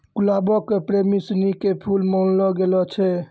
गुलाबो के प्रेमी सिनी के फुल मानलो गेलो छै